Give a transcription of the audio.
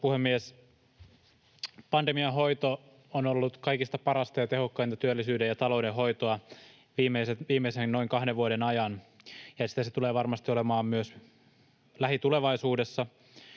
puhemies! Pandemian hoito on ollut kaikista parasta ja tehokkainta työllisyyden ja talouden hoitoa viimeisen noin kahden vuoden ajan, ja sitä se tulee varmasti olemaan myös lähitulevaisuudessa.